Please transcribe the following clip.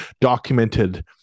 documented